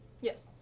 Yes